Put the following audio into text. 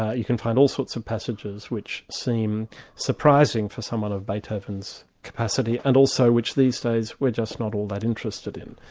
ah you can find all sorts of passages which seem surprising for someone of beethoven's capacity, and also which these days we're just not all that interested in.